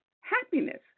happiness